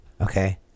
Okay